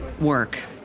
work